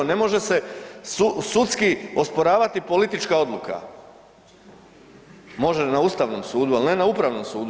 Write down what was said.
Ne može se sudski osporavati politička odluka, može na ustavnom sudu, al ne na upravnom sudu.